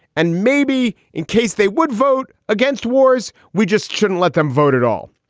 and maybe in case they would vote against wars, we just shouldn't let them vote at all.